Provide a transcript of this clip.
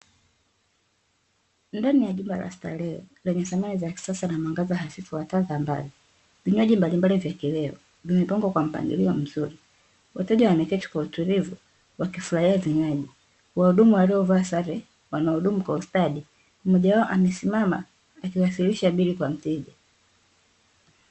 Ndani ya jumba la starehe lenye samani za kisasa na mwangaza hafifu wa taa za mbali, vinywaji mbalimbali vya kileo vimepangwa kwa mpangilio mzuri. Wateja wameketi kwa utulivu wakifurahia vinywaji wahudumu waliovaa sare wanaodumu kwa ustadi, mmoja wao amesimama akiwasilisha bili kwa mteja.